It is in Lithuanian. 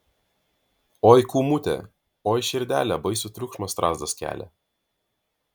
oi kūmute oi širdele baisų triukšmą strazdas kelia